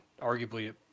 arguably